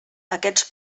aquests